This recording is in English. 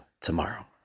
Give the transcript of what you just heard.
tomorrow